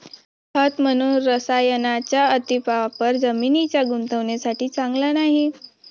खत म्हणून रसायनांचा अतिवापर जमिनीच्या गुणवत्तेसाठी चांगला नाही